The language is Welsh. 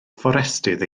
fforestydd